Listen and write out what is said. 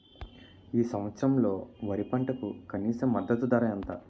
ఈ సంవత్సరంలో వరి పంటకు కనీస మద్దతు ధర ఎంత?